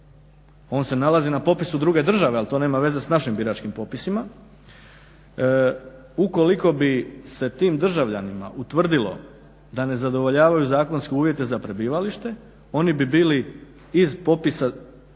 On se nalazi na popisu druge države ali to nema veze sa našim biračkim popisima. Ukoliko bi se tim državljanima utvrdilo da ne zadovoljavaju zakonske uvjete za prebivalište oni bi bili iz popisa